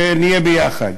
שנהיה ביחד.